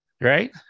right